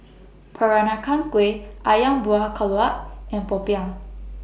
Peranakan Kueh Ayam Buah Keluak and Popiah